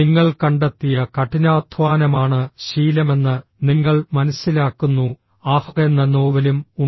നിങ്ങൾ കണ്ടെത്തിയ കഠിനാധ്വാനമാണ് ശീലമെന്ന് നിങ്ങൾ മനസ്സിലാക്കുന്നു ആഹ് എന്ന നോവലും ഉണ്ട്